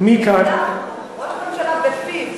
ראש הממשלה בפיו,